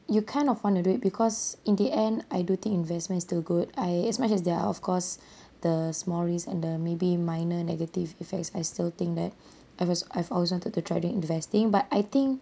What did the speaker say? you kind of want to do it because in the end I do think investment is still good I as much as there're of course the small risk and the maybe minor negative effects I still think that I've also I've always wanted to try to do investing but I think